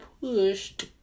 pushed